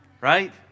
right